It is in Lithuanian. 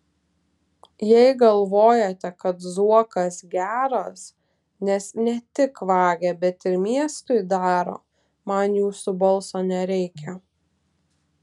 jei galvojate kad zuokas geras nes ne tik vagia bet ir miestui daro man jūsų balso nereikia